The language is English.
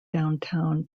downtown